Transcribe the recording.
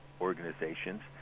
organizations